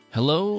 Hello